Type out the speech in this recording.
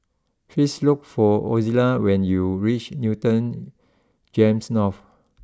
please look for Ozella when you reach Newton Gems North